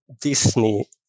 Disney